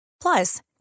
Plus